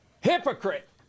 Hypocrite